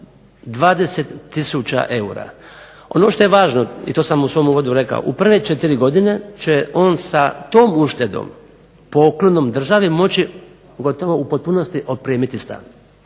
20000 eura. Ono što je važno i to sam u svom uvodu rekao, u prve četiri godine će on sa tom uštedom poklonom državi moći gotovo u potpunosti opremiti stan,